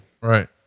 right